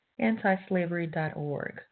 antislavery.org